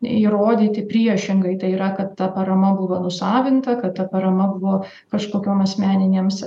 įrodyti priešingai tai yra kad ta parama buvo nusavinta kad ta parama buvo kažkokiom meninėms